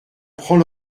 prends